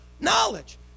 knowledge